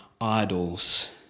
idols